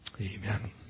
Amen